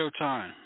Showtime